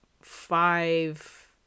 five